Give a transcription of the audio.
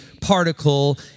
particle